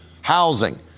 housing